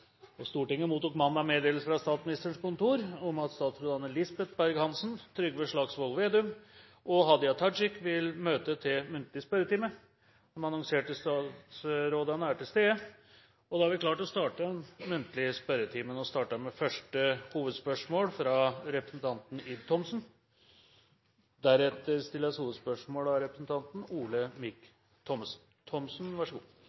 og øvrige endringer i folketrygdloven kapittel 4. Forslagene vil bli behandlet på reglementsmessig måte. Stortinget mottok mandag meddelelse fra Statsministerens kontor om at statsrådene Lisbeth Berg-Hansen, Trygve Slagsvold Vedum og Hadia Tajik vil møte til muntlig spørretime. De annonserte regjeringsmedlemmene er til stede, og vi er klare til å starte den muntlige spørretimen. Vi starter med første hovedspørsmål, fra representanten Ib Thomsen.